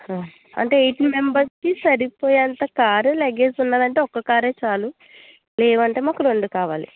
అంటే ఎయిట్ మెంబర్స్కి సరిపోయేంత కారు లగేజ్ ఉన్నదంటే ఒక్క కారే చాలు లేవంటే మాకు రెండు కావాలి